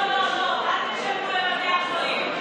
לא, לא, לא, אל תשלמו לבתי החולים.